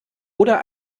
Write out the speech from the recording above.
oder